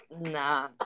Nah